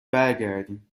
برگردیم